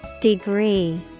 Degree